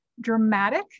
dramatic